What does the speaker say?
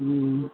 हूँ